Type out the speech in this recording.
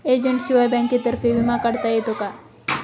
एजंटशिवाय बँकेतर्फे विमा काढता येतो का?